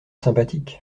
sympathique